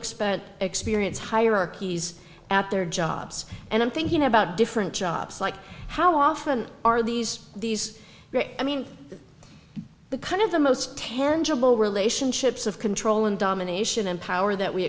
expect experience hierarchies at their jobs and i'm thinking about different jobs like how often are these these i mean the kind of the most tangible relationships of control and domination and power that we